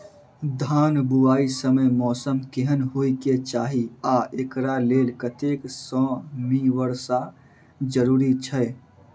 धान बुआई समय मौसम केहन होइ केँ चाहि आ एकरा लेल कतेक सँ मी वर्षा जरूरी छै?